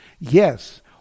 Yes